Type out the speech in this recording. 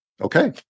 Okay